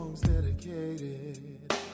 dedicated